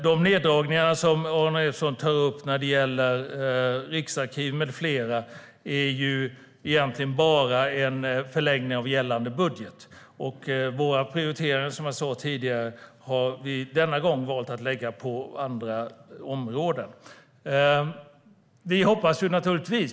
De neddragningar som Aron Emilsson tar upp när det gäller Riksarkivet med flera är egentligen bara en förlängning av gällande budget. Våra prioriteringar, som jag sa tidigare, har vi denna gång valt att lägga på andra områden.